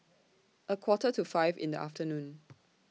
A Quarter to five in The afternoon